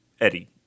Eddie